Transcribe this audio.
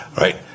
right